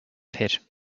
pit